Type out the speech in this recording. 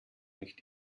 nicht